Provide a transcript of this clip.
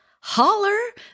Holler